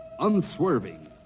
unswerving